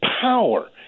power